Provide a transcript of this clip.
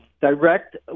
direct